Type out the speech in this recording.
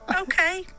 okay